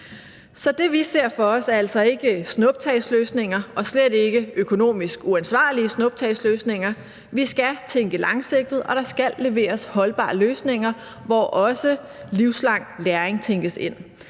Så det, vi ser for os, er altså ikke snuptagsløsninger og slet ikke økonomisk uansvarlige snuptagsløsninger. Vi skal tænke langsigtet, og der skal leveres holdbare løsninger, hvor også livslang læring tænkes ind.